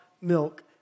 milk